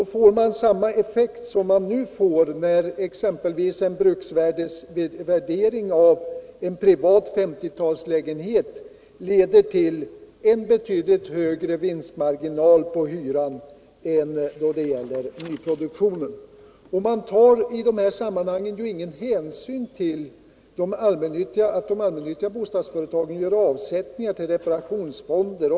Då får man samma effekt som man nu får när exempelvis bruksvärdesberäkningen leder till en betydligt högre vinstmarginal på hyran för en privat 1950 eller 1960-talslägenhet än för en lägenhet i nyproduktionen. I de sammanhangen tas ingen hänsyn till att de allmännyttiga bostadsförcetagen gör avsättningar till reparationsfonder.